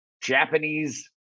Japanese